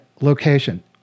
location